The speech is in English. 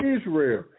Israel